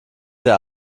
der